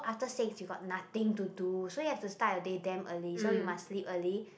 after six you got nothing to do so you have to start your day damn early so you must sleep early